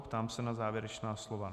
Ptám se na závěrečná slova.